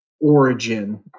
origin